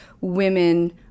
women